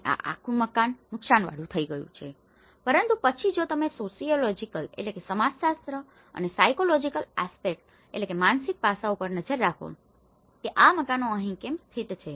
અને આ આખું મકાન નુકશાનવાળું થઈ ગયું છે પરંતુ પછી જો તમે સોસીઓલોજીકલsociological સમાજશાસ્ત્ર અને સાઈકોલોજીકલ આસ્પેક્ટસpsychological aspectsમાનસિક પાસાઓ પર નજર નાખો કે આ મકાનો અહીં કેમ સ્થિત છે